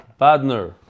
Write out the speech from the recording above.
Badner